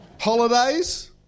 Holidays